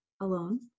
alone